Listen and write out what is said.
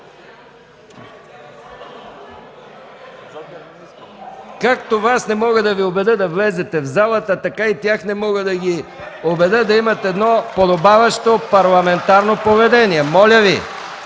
Както Вас не мога да Ви убедя да влезете в залата, така и тях не мога да ги убедя да имат подобаващо парламентарно поведение.